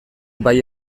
bai